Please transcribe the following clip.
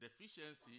deficiency